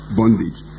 bondage